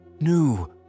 new